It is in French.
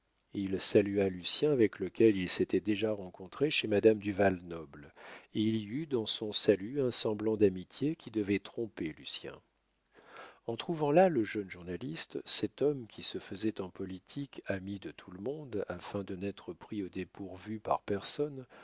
il salua lucien avec lequel il s'était déjà rencontré chez madame du val-noble et il y eut dans son salut un semblant d'amitié qui devait tromper lucien en trouvant là le jeune journaliste cet homme qui se faisait en politique ami de tout le monde afin de n'être pris au dépourvu par personne